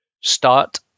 start